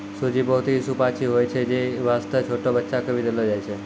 सूजी बहुत हीं सुपाच्य होय छै यै वास्तॅ छोटो बच्चा क भी देलो जाय छै